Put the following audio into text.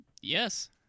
Yes